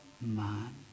man